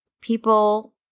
people